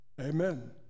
Amen